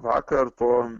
vakar po